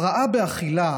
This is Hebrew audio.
הפרעה באכילה